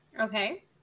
Okay